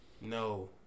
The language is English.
no